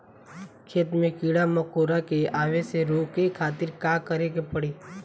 खेत मे कीड़ा मकोरा के आवे से रोके खातिर का करे के पड़ी?